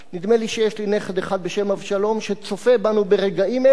נדמה לי שיש לי נכד אחד בשם אבשלום שצופה בנו ברגעים אלה.